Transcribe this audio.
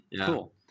cool